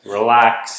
Relax